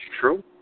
True